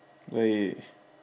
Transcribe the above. baik